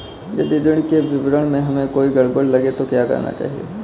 यदि ऋण के विवरण में हमें कोई गड़बड़ लगे तो क्या करना चाहिए?